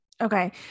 Okay